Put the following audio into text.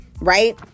right